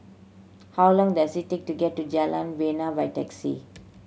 how long does it take to get to Jalan Bena by taxi